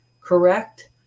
correct